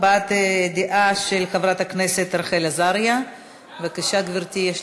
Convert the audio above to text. הבעת דעה של חברת הכנסת רחל עזריה, בבקשה, גברתי.